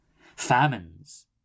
famines